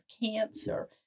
cancer